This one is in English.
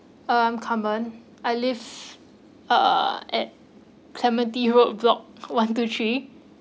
um carmen I live uh at clementi road block one two three